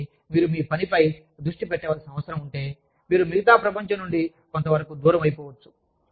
కాబట్టి మీరు మీ పనిపై దృష్టి పెట్టవలసిన అవసరం ఉంటే మీరు మిగతా ప్రపంచం నుండి కొంతవరకు దూరం అయిపోవచ్చు